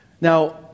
Now